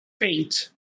faint